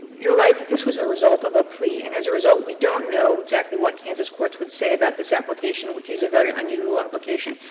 you're right that this was a result of a plea, and as a result, we don't know exactly what kansas courts would say about this application, which is a very unusual application.